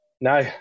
No